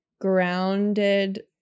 grounded